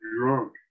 drunk